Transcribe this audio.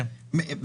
המקומית,